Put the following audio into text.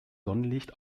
sonnenlicht